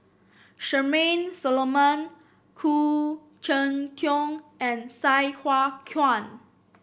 Charmaine Solomon Khoo Cheng Tiong and Sai Hua Kuan